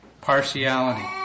Partiality